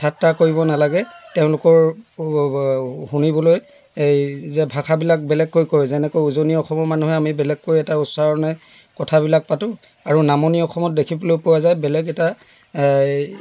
ঠাট্টা কৰিব নেলাগে তেওঁলোকৰ শুনিবলৈ এই যে ভাষাবিলাক বেলেগকৈ কয় যেনেকৈ উজনি অসমৰ মানুহে আমি বেলেগকৈ এটা উচ্চাৰণে কথাবিলাক পাতোঁ আৰু নামনি অসমত দেখিবলৈ পোৱা যায় বেলেগ এটা